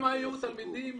אבל הם היו תלמידים